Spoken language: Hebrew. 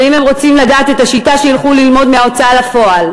ואם הם רוצים לדעת את השיטה שילכו ללמוד מההוצאה לפועל.